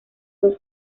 dos